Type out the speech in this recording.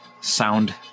sound